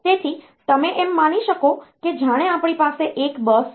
તેથી તમે એમ માની શકો કે જાણે આપણી પાસે એક બસ છે